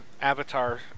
avatar